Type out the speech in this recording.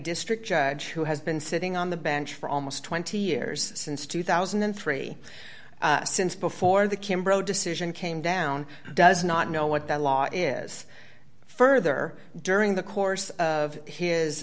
district judge who has been sitting on the bench for almost twenty years since two thousand and three since before the kimbrough decision came down does not know what the law is further during the course of his